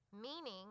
Meaning